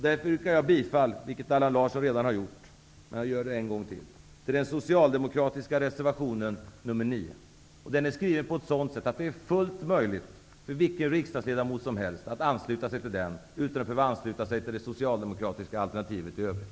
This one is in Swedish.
Därför yrkar jag, precis som Allan Larsson redan har gjort, bifall till den socialdemokratiska reservationen nr 9. Denna reservation är skriven på ett sådant sätt att det är fullt möjligt för vilken riksdagsledamot som helst att ansluta sig till den utan att för den skull behöva ansluta sig till det socialdemokratiska alternativet i övrigt.